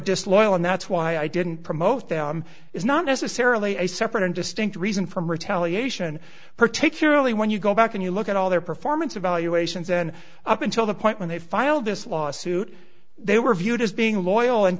disloyal and that's why i didn't promote them is not necessarily a separate and distinct reason from retaliation particularly when you go back and you look at all their performance evaluations and up until the point when they filed this lawsuit they were viewed as being loyal and